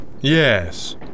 Yes